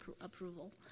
approval